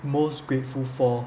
most grateful for